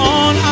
on